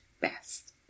best